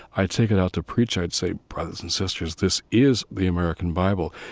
i'd take it out to preach. i'd say, brothers and sisters, this is the american bible.